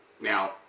Now